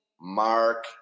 Mark